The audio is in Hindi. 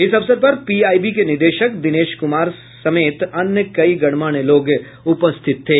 इस अवसर पर पीआईबी के निदेशक दिनेश कुमार समेत अन्य कई गणमान्य लोग उपस्थित थे